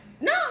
No